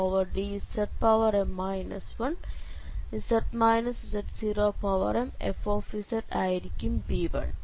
z→z0dm 1dzm 1z z0mfz ആയിരിക്കും b1